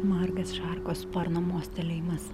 margas šarkos sparno mostelėjimas